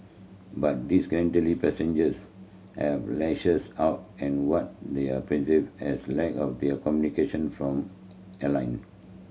but disgruntled passengers have lashes out at what they are perceived as lack of their communication from airline